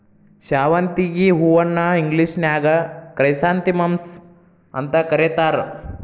ಶಾವಂತಿಗಿ ಹೂವನ್ನ ಇಂಗ್ಲೇಷನ್ಯಾಗ ಕ್ರೈಸಾಂಥೆಮಮ್ಸ್ ಅಂತ ಕರೇತಾರ